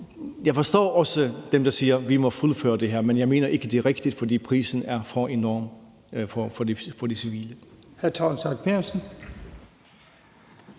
Jeg forstår også dem, der siger, at vi må fuldføre det her. Men jeg mener ikke, at det er rigtigt, for prisen er for enorm for de civile.